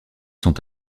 sont